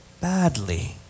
badly